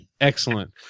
excellent